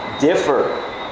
differ